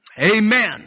Amen